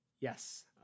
yes